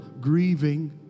grieving